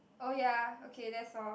oh ya okay that's all